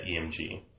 EMG